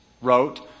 wrote